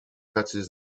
catches